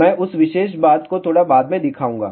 मैं उस विशेष बात को थोड़ा बाद में दिखाऊंगा